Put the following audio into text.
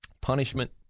Punishment